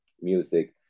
music